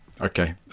Okay